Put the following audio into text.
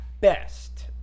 best